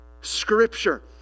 scripture